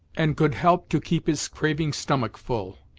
and could help to keep his craving stomach full.